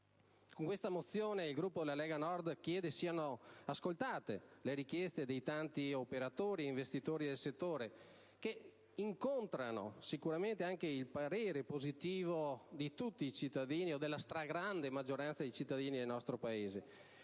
Con questa mozione il Gruppo della Lega Nord chiede siano ascoltate le richieste dei tanti operatori e investitori del settore, che incontrano sicuramente anche il parere positivo di tutti o della stragrande maggioranza dei cittadini del nostro Paese,